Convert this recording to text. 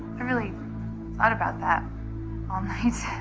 i really thought about that all night,